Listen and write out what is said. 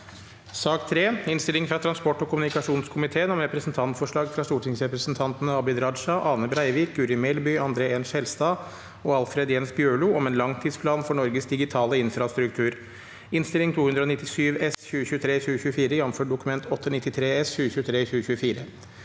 Innstilling fra transport- og kommunikasjonskomi- teen om Representantforslag fra stortingsrepresentan- tene Abid Raja, Ane Breivik, Guri Melby, André N. Skjelstad og Alfred Jens Bjørlo om en langtidsplan for Norges digitale infrastruktur (Innst. 297 S (2023–2024), jf. Dokument 8:93 S (2023–2024))